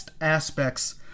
aspects